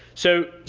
so,